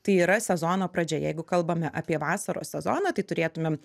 tai yra sezono pradžia jeigu kalbame apie vasaros sezoną tai turėtumėm